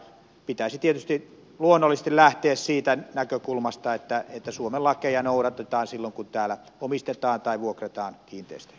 pitäisi tietysti luonnollisesti lähteä siitä näkökulmasta että suomen lakeja noudatetaan silloin kun täällä omistetaan tai vuokrataan kiinteistöjä